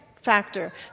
factor